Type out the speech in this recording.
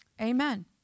Amen